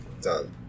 Done